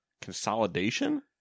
consolidation